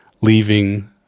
leaving